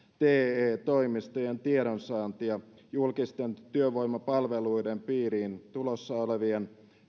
te toimistojen tiedonsaantia julkisten työvoimapalveluiden piiriin tulossa olevien